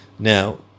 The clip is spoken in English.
Now